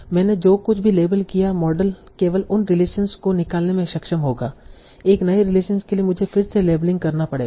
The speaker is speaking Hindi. मैंने जो कुछ भी लेबल किया है मॉडल केवल उन रिलेशनस को निकालने में सक्षम होगा एक नये रिलेशन के लिए मुझे फिर से लेबलिंग करना पड़ेगा